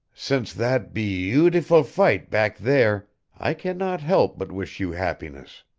since that bee utiful fight back there i can not help but wish you happiness.